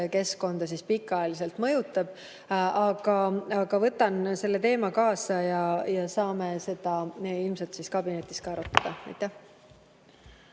keskkonda pikaajaliselt mõjutaks. Aga ma võtan selle teema kaasa ja saame seda ilmselt ka kabinetis arutada.